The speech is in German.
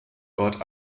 dort